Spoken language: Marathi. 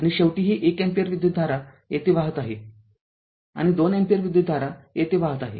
आणि शेवटीही १ अँपिअर विद्युतधारा येथे वाहत आहे आणि २ अँपिअर विद्युतधारा येथे वाहत आहे